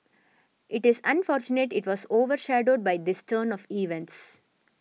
it is unfortunate it was over shadowed by this turn of events